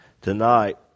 tonight